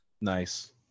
nice